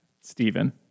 Stephen